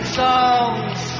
songs